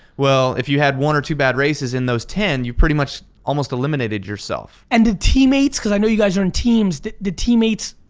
well, if you had one or two bad races in those ten you pretty much almost eliminated yourself. and did teammates, cause i know you guys are in teams, did did teammates,